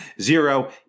zero